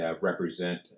represent